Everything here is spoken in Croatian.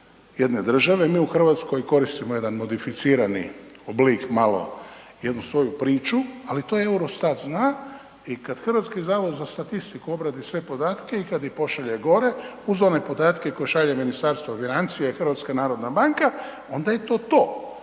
jedne države. Mi u Hrvatskoj koristimo jedan modificirani oblik, malo jednu svoju priču, ali to Eurostat zna i kad HZS obradi sve podatke i kad ih pošalje gore, uz one podatke koje šalje ministarstvo .../Govornik se ne razumije./... i HNB, onda je to to.